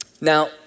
Now